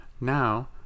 now